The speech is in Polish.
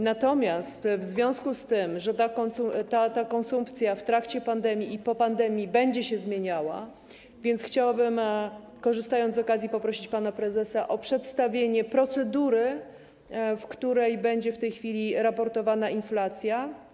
Natomiast w związku z tym, że ta konsumpcja w trakcie pandemii i po pandemii będzie się zmieniała, chciałabym, korzystając z okazji, poprosić pana prezesa o przedstawienie procedury, w której będzie w tej chwili raportowana inflacja.